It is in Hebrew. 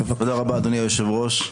תודה רבה, אדוני היושב-ראש.